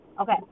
Okay